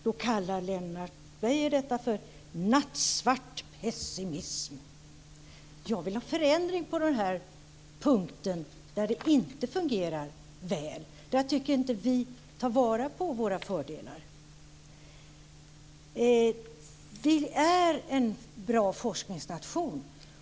Då kallar Lennart Beijer detta för nattsvart pessimism. Jag vill ha förändring på den här punkten där det inte fungerar väl. Jag tycker inte att vi tar vara på våra fördelar. Sverige är en bra forskningsnation.